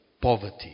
poverty